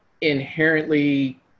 inherently